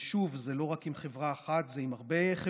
ושוב, זה לא רק עם חברה אחת, זה עם הרבה חברות.